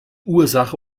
ursache